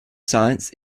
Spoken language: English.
science